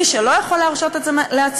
מי שלא יכול להרשות את זה לעצמו,